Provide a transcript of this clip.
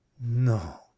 no